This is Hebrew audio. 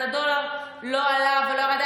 אז הדולר לא עלה ולא ירד.